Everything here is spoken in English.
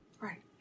Right